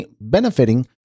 benefiting